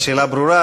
השאלה ברורה.